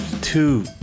Two